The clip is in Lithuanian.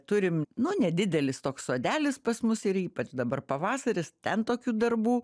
turim nu nedidelis toks sodelis pas mus ir ypač dabar pavasaris ten tokių darbų